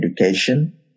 education